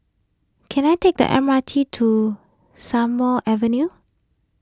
can I take the M R T to Strathmore Avenue